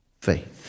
faith